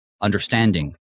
understanding